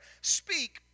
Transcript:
speak